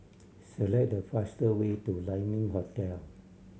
select the faster way to Lai Ming Hotel